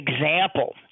example